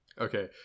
Okay